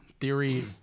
theory